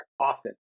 often